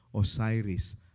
Osiris